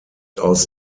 aus